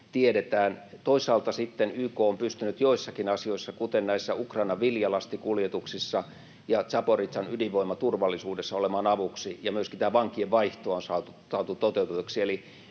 tiedetään. Toisaalta sitten YK on pystynyt joissakin asioissa, kuten näissä Ukrainan viljalastikuljetuksissa ja Zaporižžjan ydinvoimaturvallisuudessa, olemaan avuksi, ja myöskin tämä vankienvaihto on saatu toteutetuksi.